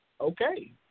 okay